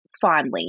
fondly